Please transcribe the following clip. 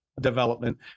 development